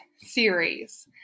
series